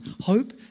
Hope